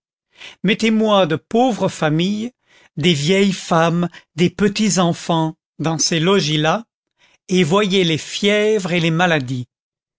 mettez-moi de pauvres familles des vieilles femmes des petits enfants dans ces logis là et voyez les fièvres et les maladies